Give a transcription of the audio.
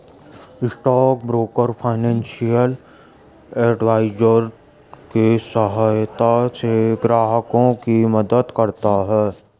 stock broker financial advisory के सहायता से ग्राहकों की मदद करता है